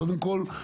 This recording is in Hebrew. קודם כל,